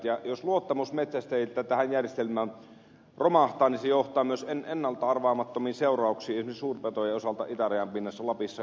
ja jos luottamus metsästäjiltä tähän järjestelmään romahtaa se johtaa myös ennalta arvaamattomiin seurauksiin esimerkiksi suurpetojen osalta itärajan pinnassa lapissa ja kainuussa